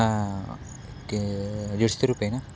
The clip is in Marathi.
हां ओके रुपये ना